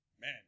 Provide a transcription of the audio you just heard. man